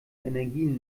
energien